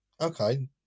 Okay